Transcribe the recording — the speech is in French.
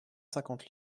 cinquante